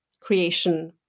creation